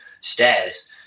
stairs